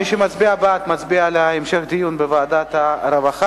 מי שמצביע בעד, מצביע על המשך דיון בוועדת הרווחה.